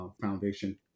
Foundation